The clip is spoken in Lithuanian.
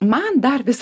man dar vis